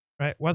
right